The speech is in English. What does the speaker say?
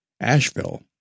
Asheville